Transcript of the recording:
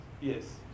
Yes